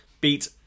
beat